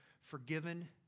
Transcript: forgiven